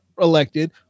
elected